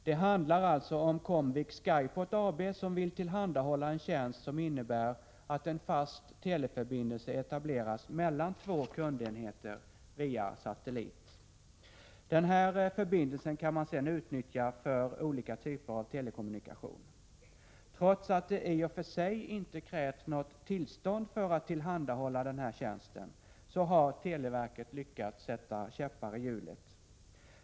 Det handlar alltså om Comvik Skyport AB, som vill tillhandahålla en tjänst som innebär att en fast teleförbindelse etableras mellan två kundenheter via satellit. Den här förbindelsen kan man sedan utnyttja för olika typer av telekommunikation. Trots att det i och för sig inte krävs något tillstånd för att tillhandahålla den här tjänsten, har televerket lyckats sätta käppar i hjulet.